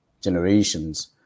generations